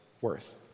worth